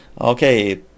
Okay